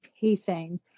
pacing